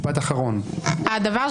נבחרתי ואין לי כוונה ללכת לשום מקום.